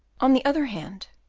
on the other hand,